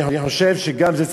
אני חושב שגם זה,